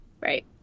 Right